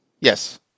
Yes